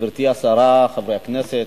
גברתי השרה, חברי הכנסת,